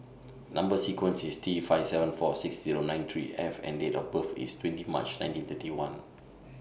Number sequence IS T five seven four six Zero nine three F and Date of birth IS twenty March nineteen thirty one